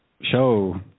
show